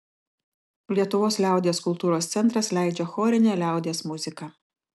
lietuvos liaudies kultūros centras leidžia chorinę liaudies muziką